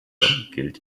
gilt